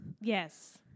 Yes